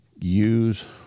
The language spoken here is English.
use